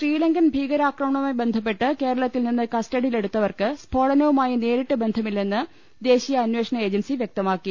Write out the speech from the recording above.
ശ്രീലങ്കലൻ ഭീകരാക്രമണവുമായി ബന്ധപ്പെട്ട് കേരള ത്തിൽ നിന്ന് കസ്റ്റഡിയിലെടുത്തവർക്ക് സ്ഫോടനവുമായി നേരിട്ട് ബന്ധമില്ലെന്ന് ദേശീയ അന്വേഷണ ഏജൻസി വൃക്ത മാക്കി